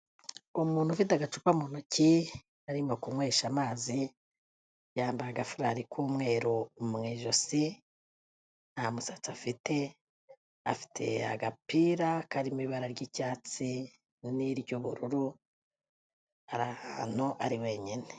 Umuntu ufite agacupa mu ntoki, arimo kunywesha amazi, yambaye agafurari k'umweru mu ijosi, nta musatsi afite, afite agapira karimo ibara ry'icyatsi n'iry'ubururu, ari ahantu ari wenyine.